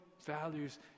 values